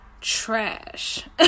Trash